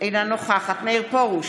אינה נוכחת מאיר פרוש,